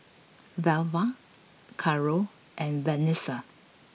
Velva Carole and Vanessa